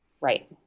Right